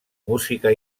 música